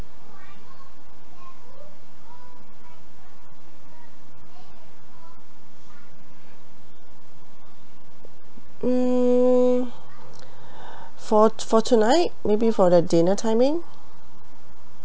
hmm for for tonight maybe for the dinner timing